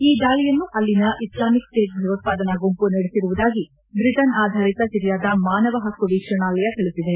ಈ ದಾಳಿಯನ್ನು ಅಲ್ಲಿನ ಇಸ್ಲಾಮಿಕ್ ಸ್ಪೇಟ್ ಭಯೋತ್ವಾದನಾ ಗುಂಪು ನಡೆಸಿರುವುದಾಗಿ ಬ್ರಿಟನ್ ಆಧಾರಿತ ಸಿರಿಯಾದ ಮಾನವ ಹಕ್ಕು ವೀಕ್ಷಣಾಲಯ ತಿಳಿಸಿದೆ